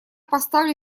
поставлю